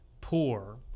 poor